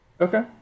Okay